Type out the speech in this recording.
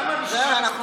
למה המשטרה,